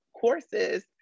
courses